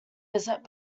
visit